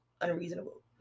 unreasonable